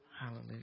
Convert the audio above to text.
Hallelujah